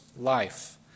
life